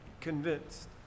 Convinced